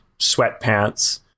sweatpants